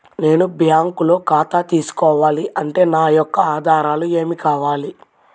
నేను బ్యాంకులో ఖాతా తీసుకోవాలి అంటే నా యొక్క ఆధారాలు ఏమి కావాలి?